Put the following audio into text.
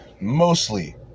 mostly